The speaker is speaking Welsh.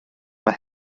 mae